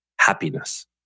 happiness